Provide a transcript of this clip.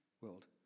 world